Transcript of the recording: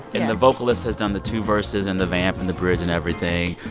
and the vocalist has done the two verses and the vamp and the bridge and everything.